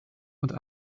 unter